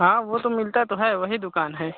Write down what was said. हाँ वो तो मिलता तो है वही दुकान है